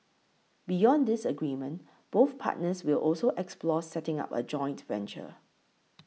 beyond this agreement both partners will also explore setting up a joint venture